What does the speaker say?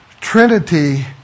trinity